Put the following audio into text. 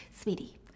sweetie